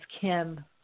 Kim